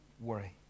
worry